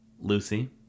Lucy